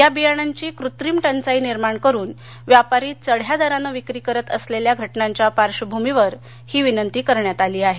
या बियाण्यांची कृत्रिम टंचाई निर्माण करून व्यापारी चढ्या दराने विक्री करत असल्याच्या घटनांच्या पार्श्वभूमीवर ही विनंती करण्यात आली आहे